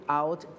out